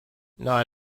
not